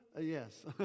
yes